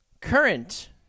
current